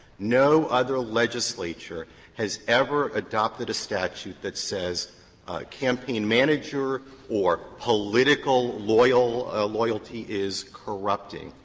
no other legislature has ever adopted a statute that says campaign manager or political loyalty ah loyalty is corrupting.